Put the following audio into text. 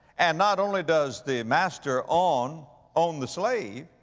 and not only does the master, on, own the slave,